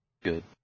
Good